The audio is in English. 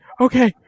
Okay